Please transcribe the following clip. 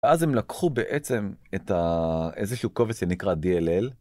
ואז הם לקחו בעצם איזשהו קובץ שנקרא DLL.